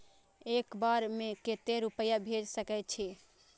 एक बार में केते रूपया भेज सके छी?